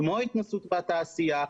כמו ההתנסות בתעשייה,